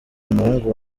umuhungu